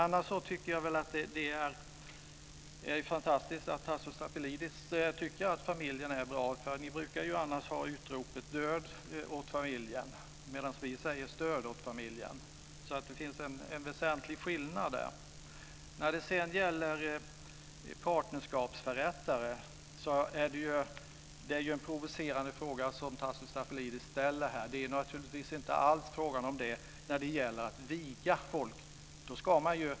Jag tycker att det är fantastiskt att Tasso Stafilidis tycker att familjen är bra. Ni brukar ju annars ha utropet: Död åt familjen! Medan vi säger: Stöd åt familjen! Det finns en väsentlig skillnad där. Det är en provocerande fråga om partnerskapsförrättare som Tasso Stafilidis ställer. Det är inte alls fråga om detta när det gäller att viga folk.